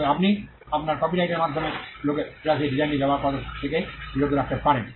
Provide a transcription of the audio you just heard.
তবে আপনি আপনার কপিরাইটের মাধ্যমে লোকেরা সেই ডিসাইনটি ব্যবহার করা থেকে বিরত রাখতে পারেন